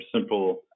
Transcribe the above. simple